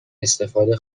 استفاده